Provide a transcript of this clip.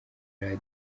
radio